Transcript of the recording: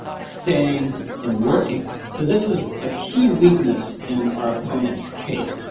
staying and working. so this is a key weakness in our opponents' case.